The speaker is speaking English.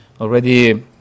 already